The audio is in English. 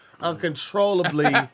uncontrollably